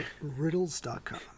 riddles.com